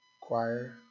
choir